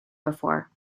before